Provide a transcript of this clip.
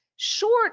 short